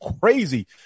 crazy